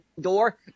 door